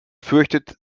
fürchtet